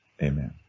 Amen